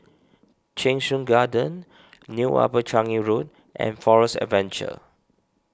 Cheng Soon Garden New Upper Changi Road and Forest Adventure